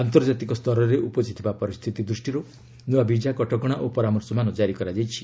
ଆନ୍ତର୍ଜାତିକ ସ୍ତରରେ ଉପୁଜିଥିବା ପରିସ୍ଥିତି ଦୃଷ୍ଟିରୁ ନୂଆ ବିଜା କଟକଶା ଓ ପରାମର୍ଶମାନ ଜାରି କରାଯାଇଛି